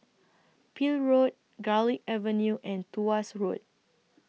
Peel Road Garlick Avenue and Tuas Road